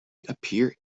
appear